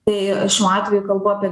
tai šiuo atveju kalbu apie